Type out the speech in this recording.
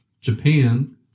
Japan